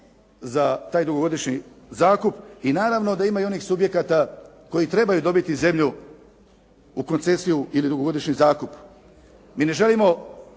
za taj dugogodišnji zakup. I naravno da ima i onih subjekata koji tebaju dobiti zemlju u koncesiju ili dugogodišnji zakup. Mi ne želimo